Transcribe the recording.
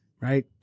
right